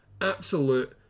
absolute